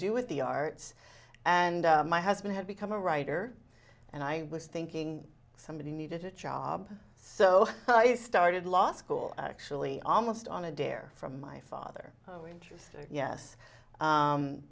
do with the arts and my husband had become a writer and i was thinking somebody needed a job so i started law school actually almost on a dare from my father who were interested yes